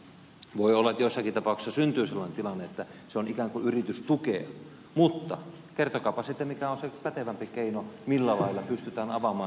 voi olla että joissakin tapauksissa syntyy sellainen tilanne että se on ikään kuin yritystukea mutta kertokaapa sitten mikä on se pätevämpi keino millä lailla pystytään avaamaan niitä työpaikkoja